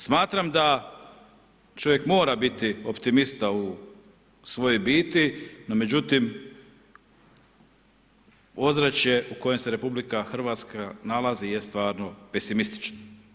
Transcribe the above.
Smatram da čovjek mora biti optimista u svojoj biti, no međutim ozračje u kojem se RH nalazi je stvarno pesimistična.